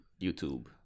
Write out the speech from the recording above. YouTube